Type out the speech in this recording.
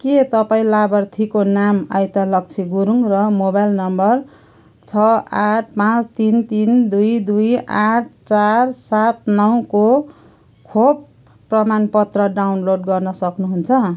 के तपाईँँ लाभार्थीको नाम ऐतलक्षी गुरुङ र मोबाइल नम्बर छ आठ पाँच तिन तिन दुई दुई आठ चार सात नौको खोप प्रमाणपत्र डाउनलोड गर्न सक्नुहुन्छ